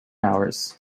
hours